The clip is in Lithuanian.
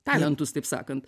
talentus taip sakant